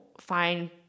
find